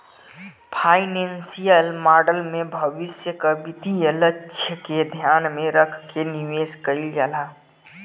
financial model में भविष्य क वित्तीय लक्ष्य के ध्यान में रखके निवेश कइल जाला